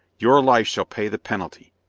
your life shall pay the penalty.